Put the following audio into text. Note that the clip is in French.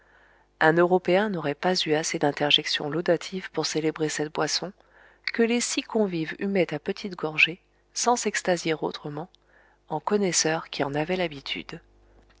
un européen n'aurait pas eu assez d'interjections laudatives pour célébrer cette boisson que les six convives humaient à petites gorgées sans s'extasier autrement en connaisseurs qui en avaient l'habitude